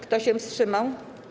Kto się wstrzymał?